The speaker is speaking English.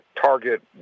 Target